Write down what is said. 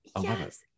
yes